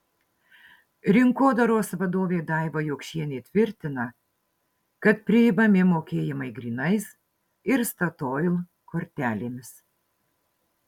rinkodaros vadovė daiva jokšienė tvirtina kad priimami mokėjimai grynais ir statoil kortelėmis